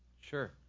Sure